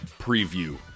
preview